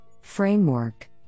framework